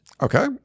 Okay